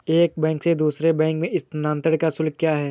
एक बैंक से दूसरे बैंक में स्थानांतरण का शुल्क क्या है?